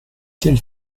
quel